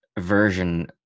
version